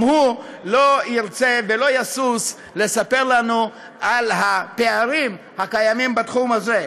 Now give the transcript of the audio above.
גם הוא לא ירצה ולא ישׂישׂ לספר לנו על הפערים הקיימים בתחום הזה.